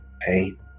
pain